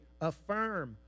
Affirm